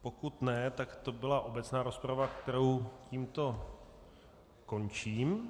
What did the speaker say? Pokud nikdo, tak to byla obecná rozprava, kterou tímto končím.